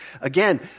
Again